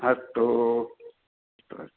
अस्तु अस्तु अस्तु